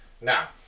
Now